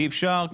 אי אפשר,